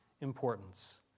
importance